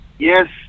Yes